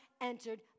entered